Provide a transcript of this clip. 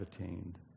attained